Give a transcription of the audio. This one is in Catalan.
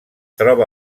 troba